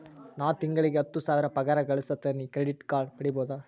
ನಾನು ತಿಂಗಳಿಗೆ ಹತ್ತು ಸಾವಿರ ಪಗಾರ ಗಳಸತಿನಿ ಕ್ರೆಡಿಟ್ ಕಾರ್ಡ್ ಪಡಿಬಹುದಾ?